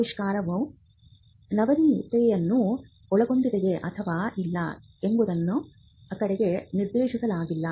ಆವಿಷ್ಕಾರವು ನವೀನತೆಯನ್ನು ಒಳಗೊಂಡಿದೆಯೆ ಅಥವಾ ಇಲ್ಲ ಎಂಬುದನ್ನು ಕಡೆಗೆ ನಿರ್ದೇಶಿಸಲಾಗಿಲ್ಲ